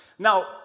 Now